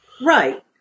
Right